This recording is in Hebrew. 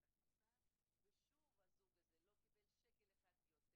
ההכנסה ושוב הזוג הזה לא קיבל שקל אחד יותר.